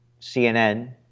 CNN